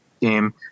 game